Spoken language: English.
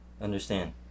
Understand